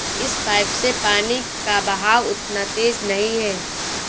इस पाइप से पानी का बहाव उतना तेज नही है